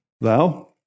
thou